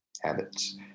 habits